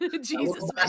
Jesus